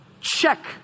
check